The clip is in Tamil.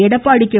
எடப்பாடி கே